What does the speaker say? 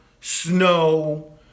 snow